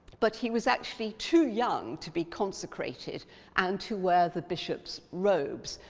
but he was actually too young to be consecrated and to wear the bishop's robes,